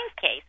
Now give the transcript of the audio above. case